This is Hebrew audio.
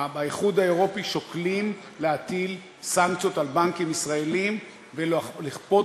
באיחוד האירופי שוקלים להטיל סנקציות על בנקים ישראליים ולכפות